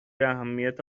اهمیت